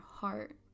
heart